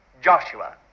joshua